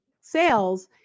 sales